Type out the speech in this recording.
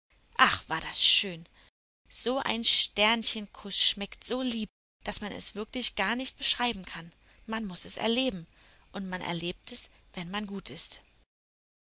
ach war das schön so ein sternchenkuß schmeckt so lieb daß man es wirklich gar nicht beschreiben kann man muß es erleben und man erlebt es wenn man gut ist